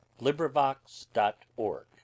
LibriVox.org